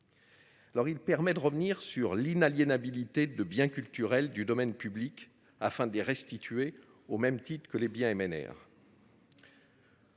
il permet de revenir sur l'inaliénabilité de biens culturels du domaine public afin de les restituer au même titre que les biens MNR.